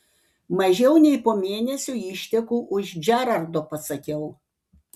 mažiau nei po mėnesio išteku už džerardo pasakiau